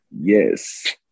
Yes